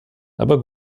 aber